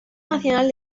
nacional